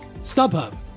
StubHub